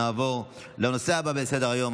נעבור לנושא הבא בסדר-היום,